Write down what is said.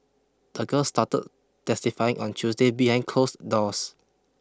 the girl started testifying on Tuesday behind closed doors